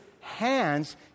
hands